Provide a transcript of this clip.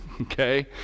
Okay